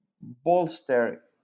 bolster